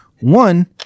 One